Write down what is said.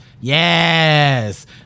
Yes